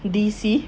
D_C